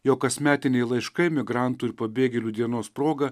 jo kasmetiniai laiškai migrantų ir pabėgėlių dienos proga